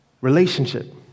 relationship